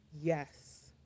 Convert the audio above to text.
yes